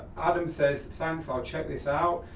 adam says, thanks, i'll check this out.